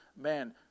man